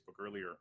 earlier